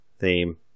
theme